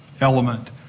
element